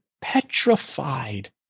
petrified